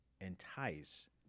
entice